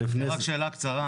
יש לי רק שאלה קצרה.